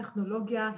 טכנולוגיה,